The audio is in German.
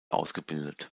ausgebildet